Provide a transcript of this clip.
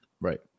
right